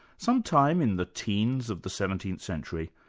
some time in the teens of the seventeenth century,